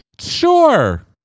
Sure